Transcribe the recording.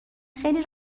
خیلی